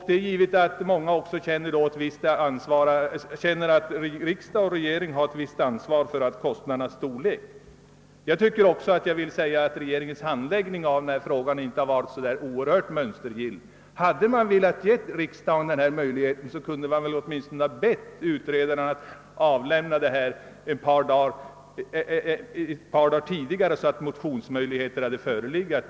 Det är givet att många också känner att riksdag och regering bär ett visst ansvar för kostnadernas storlek. Regeringens handläggning av denna fråga har inte varit så oerhört mönstergill. Hade man velat ge riksdagen möjlighet att ta ställning, kunde man åtminstone ha bett utredarna att avlämna sitt förslag ett par dagar tidigare, så att tillfälle att motionera hade förelegat.